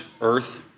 earth